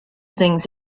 things